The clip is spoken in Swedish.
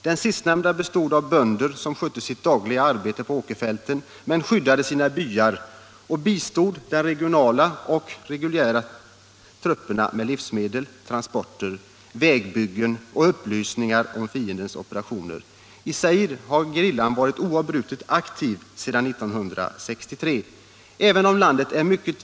Den sistnämnda bestod av bönder, som skötte sitt dagliga arbete på åkerfälten men skyddade sina byar och bistod de regionala och reguljära trupperna med livsmedel, transporter, vägbyggen och upplysningar om fiendens operationer. I Zaire har gerillan varit oavbrutet aktiv sedan 1963. Även om landet är mycket.